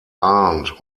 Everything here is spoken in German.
arndt